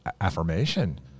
affirmation